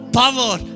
power